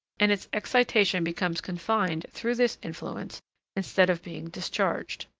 and its excitation becomes confined through this influence instead of being discharged.